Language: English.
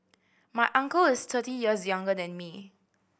my uncle is thirty years younger than me